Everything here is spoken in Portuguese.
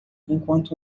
enquanto